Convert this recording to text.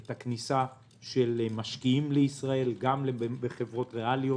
את הכניסה של משקיעים לישראל גם בחברות ריאליות